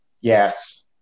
Yes